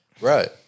Right